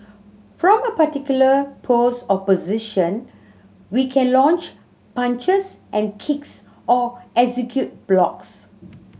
from a particular pose or position we can launch punches and kicks or execute blocks